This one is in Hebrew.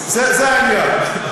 זה העניין.